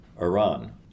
Iran